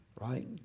Right